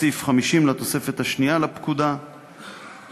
סעיף 50 לתוספת השנייה לפקודת העיריות.